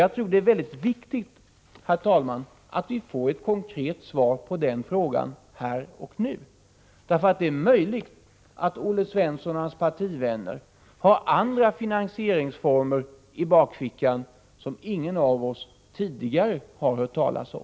Jag tror det är viktigt att vi får ett konkret svar på den frågan här och nu, därför att det är möjligt att Olle Svensson och hans partivänner har andra finansieringsformer i bakfickan, som ingen av oss tidigare har hört talas om.